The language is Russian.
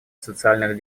социальных